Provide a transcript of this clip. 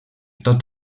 tot